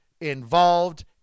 involved